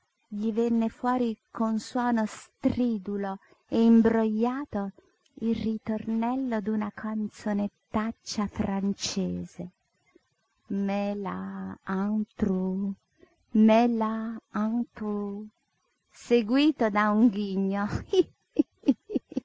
gli venne fuori con suono stridulo e imbrogliato il ritornello d'una canzonettaccia francese mets-la en trou mets-la en trou seguíto da un ghigno ih